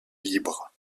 libres